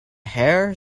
hare